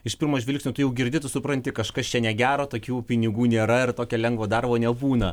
iš pirmo žvilgsnio tai jau girdi tu supranti kažkas čia negero tokių pinigų nėra ir tokio lengvo darbo nebūna